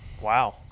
Wow